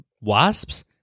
wasps